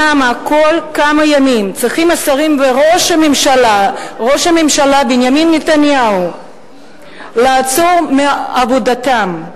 למה כל כמה ימים צריכים השרים וראש הממשלה בנימין נתניהו לעצור מעבודתם,